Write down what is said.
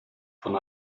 von